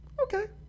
okay